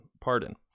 pardon